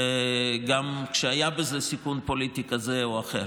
גם כשהיה בזה סיכון פוליטי כזה או אחר